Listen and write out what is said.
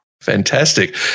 Fantastic